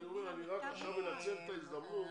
אני רק עכשיו מנצל את ההזדמנות